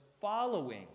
following